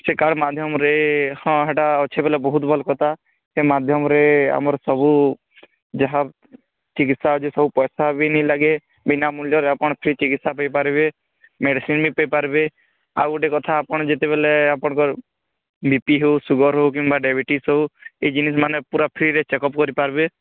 ସେ କାର୍ଡ଼ ମାଧ୍ୟମରେ ହଁ ସେଟା ଅଛି ବୋଲେ ବହୁତ୍ ଭଲ୍ କଥା ସେ ମାଧ୍ୟମରେ ଆମର ସବୁ ଯାହା ଚିକିତ୍ସା ଯେ ସବୁ ପଇସା ବି ନାଇଁ ଲାଗେ ବିନା ମୂଲ୍ୟରେ ଆପଣ ଫ୍ରି ଚିକିତ୍ସା ପାଇପାରିବେ ମେଡ଼ିସିନ୍ ବି ନେଇପାରିବେ ଆଉ ଗୋଟେ କଥା ଆପଣ ଯେତେବେଳେ ଆପଣଙ୍କର ବି ପି ହଉ ସୁଗାର୍ ହଉ କିମ୍ୱା ଡାଇବେଟିସ୍ ହଉ ଏଇ ଜିନିଷ୍ମାନେ ପୁରା ଫ୍ରିରେ ଚେକ୍ଅପ୍ କରିପାରିବେ